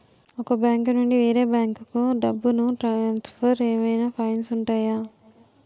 ఒక బ్యాంకు నుండి వేరే బ్యాంకుకు డబ్బును ట్రాన్సఫర్ ఏవైనా ఫైన్స్ ఉంటాయా?